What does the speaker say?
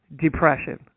depression